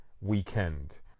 weekend